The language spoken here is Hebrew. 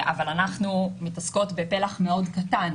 אבל אנחנו מתעסקות בפלח מאוד קטן